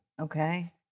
Okay